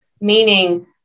Meaning